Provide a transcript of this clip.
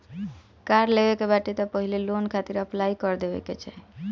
कार लेवे के बाटे तअ पहिले लोन खातिर अप्लाई कर देवे के चाही